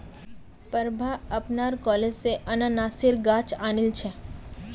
प्रभा अपनार कॉलेज स अनन्नासेर गाछ आनिल छ